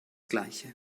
gleiche